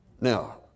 Now